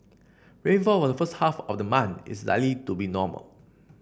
rainfall were the first half of the month is likely to be normal